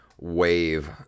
wave